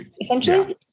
essentially